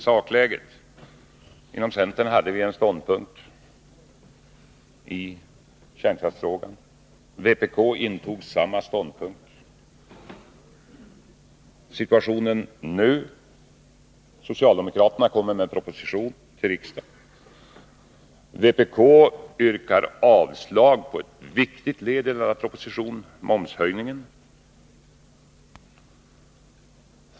Sakläget i kärnkraftsfrågan: Vi inom centern hade en bestämd uppfattning, och vpk intog samma ståndpunkt. Situationen nu: Socialdemokraterna kommer med en proposition till riksdagen. Vpk yrkar avslag på ett viktigt led i denna proposition, momshöjningen.